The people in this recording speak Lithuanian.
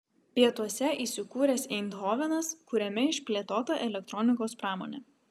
pietuose įsikūręs eindhovenas kuriame išplėtota elektronikos pramonė